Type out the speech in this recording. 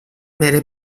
bere